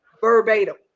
verbatim